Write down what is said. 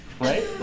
right